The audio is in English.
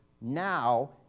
now